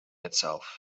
itself